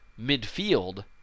midfield